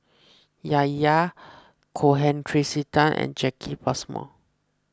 Yahya Cohen Tracey Tan and Jacki Passmore